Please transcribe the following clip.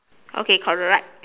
okay correct